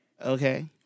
okay